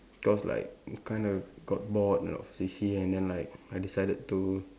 cause like kind of got bored of C_C_A and then like I decided to